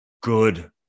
good